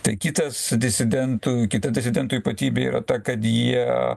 tai kitas disidentų kita disidentų ypatybė yra ta kad jie